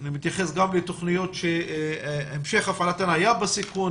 אני מתייחס גם לתוכניות שהמשך הפעלתן היה בסיכון